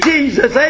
Jesus